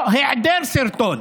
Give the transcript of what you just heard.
או היעדר סרטון.